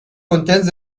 contains